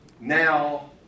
now